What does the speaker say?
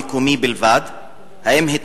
1. האם האירוע מקומי בלבד?